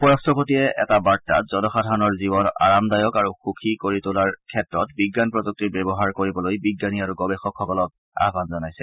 উপ ৰাট্টপতিয়ে এটা বাৰ্তাত জনসাধাৰণৰ জীৱন আৰামদায়ক আৰু সুখী কৰি তোলাৰ ক্ষেত্ৰত বিজ্ঞান প্ৰযুক্তিৰ ব্যৱহাৰ কৰিবলৈ বিজ্ঞানী আৰু গৱেষকসকলক আহ্বান জনাইছে